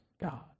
God